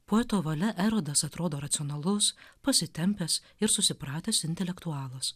poeto valia erodas atrodo racionalus pasitempęs ir susipratęs intelektualas